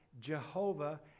Jehovah